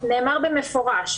נאמר במפורש,